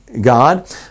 God